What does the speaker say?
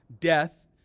death